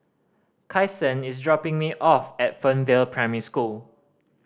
Kyson is dropping me off at Fernvale Primary School